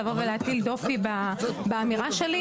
לבוא ולהטיל דופי באמירה שלי,